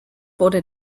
wurde